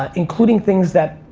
ah including things that,